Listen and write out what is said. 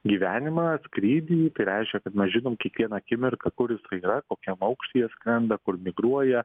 gyvenimą skrydį tai reiškia kad mes žinom kiekvieną akimirką kur jis yra kokiam aukštyje skrenda kur migruoja